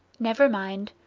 never mind.